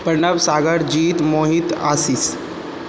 Pranav Sagar Jeet Mohit Ashish